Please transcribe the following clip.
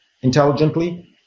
intelligently